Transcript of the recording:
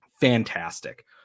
fantastic